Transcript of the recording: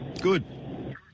Good